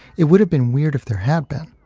it would have been weird if there had been.